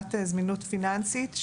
אמנת זמינות פיננסית.